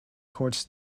courts